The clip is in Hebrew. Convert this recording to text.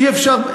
אי-אפשר.